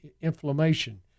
inflammation